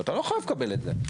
ואתה לא חייב לקבל את זה.